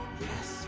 Yes